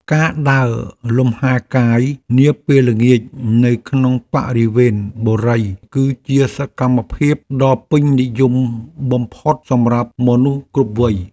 ការដើរលំហែកាយនាពេលល្ងាចនៅក្នុងបរិវេណបុរីគឺជាសកម្មភាពដ៏ពេញនិយមបំផុតសម្រាប់មនុស្សគ្រប់វ័យ។